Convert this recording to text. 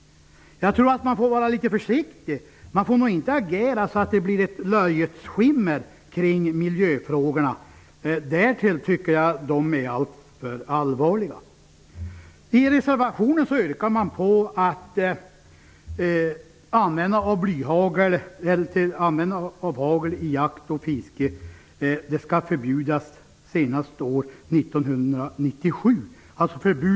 Jag tror att man får vara litet försiktig och inte agera så att man drar ett löjets skimmer över miljöfrågorna -- därtill är de alltför allvarliga, tycker jag. I reservationen yrkar man att användning av blyhagel och blysänken skall förbjudas senast år 1997.